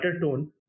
tone